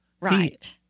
Right